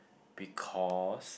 because